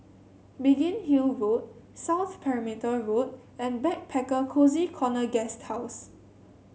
Biggin Hill Road South Perimeter Road and Backpacker Cozy Corner Guesthouse